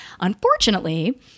Unfortunately